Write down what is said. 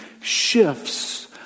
shifts